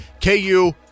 KU